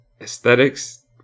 aesthetics